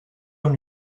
amb